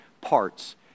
parts